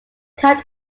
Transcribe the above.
cut